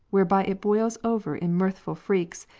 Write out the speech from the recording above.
whereby it boils over in mirthful freaks,